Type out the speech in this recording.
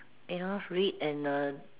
you know read and learn